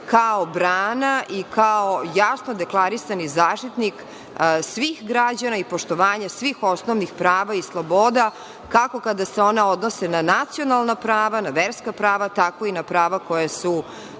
kao brana i kao jasno deklarisani zaštitnik svih građana i poštovanja svih osnovnih prava i sloboda, kako kada se ona odnose na nacionalna prava, na verska prava, tako i na prava koja su